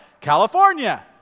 California